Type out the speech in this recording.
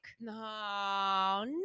No